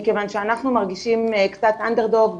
כי אנחנו מרגישים קצת אנדרדוג,